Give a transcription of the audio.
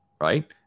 right